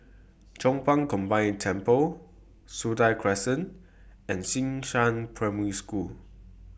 Chong Pang Combined Temple Sentul Crescent and Xishan Primary School